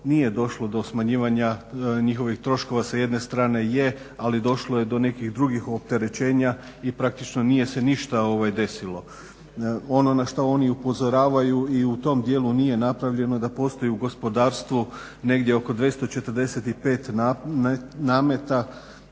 nije došlo do smanjivanja njihovih troškova. Sa jedne strane je, ali došlo je do nekih drugih opterećenja i praktično nije se ništa desilo. Ono na što oni upozoravaju i u tom dijelu nije napravljeno da postoji u gospodarstvu negdje oko 245 nameta